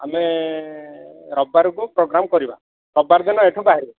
ଆମେ ରବିବାରକୁ ପ୍ରୋଗ୍ରାମ କରିବା ରବିବାର ଦିନ ଏଠୁ ବାହାରିବା